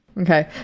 Okay